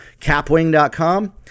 capwing.com